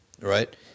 right